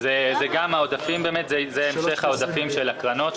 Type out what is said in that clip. זה באמת המשך העודפים של הקרנות.